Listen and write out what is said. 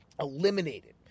eliminated